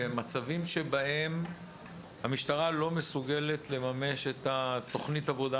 במצבים שבהם המשטרה לא מסוגלת לממש את תוכנית העבודה